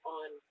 on